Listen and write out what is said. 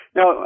Now